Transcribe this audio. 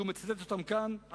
שהוא מצטט אותם כאן,